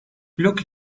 blok